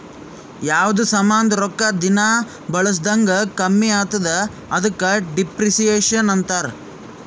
ಯಾವ್ದು ಸಾಮಾಂದ್ ರೊಕ್ಕಾ ದಿನಾ ಬಳುಸ್ದಂಗ್ ಕಮ್ಮಿ ಆತ್ತುದ ಅದುಕ ಡಿಪ್ರಿಸಿಯೇಷನ್ ಅಂತಾರ್